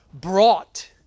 brought